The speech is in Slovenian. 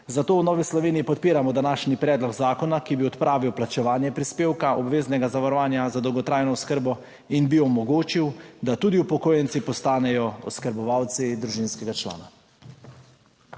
Zato v Novi Sloveniji podpiramo današnji predlog zakona, ki bi odpravil plačevanje prispevka obveznega zavarovanja za dolgotrajno oskrbo in bi omogočil, da tudi upokojenci postanejo oskrbovalci družinskega člana.